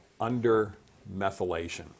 undermethylation